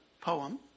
poem